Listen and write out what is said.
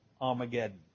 Armageddon